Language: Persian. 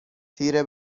تیره